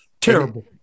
Terrible